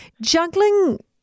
Juggling